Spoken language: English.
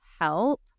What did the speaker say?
help